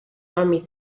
army